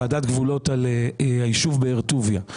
ועדת גבולות על היישוב באר טוביה.